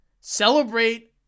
celebrate